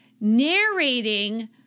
narrating